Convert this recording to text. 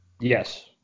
Yes